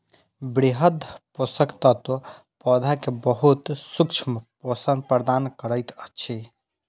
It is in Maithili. वृहद पोषक तत्व पौधा के बहुत सूक्ष्म पोषण प्रदान करैत अछि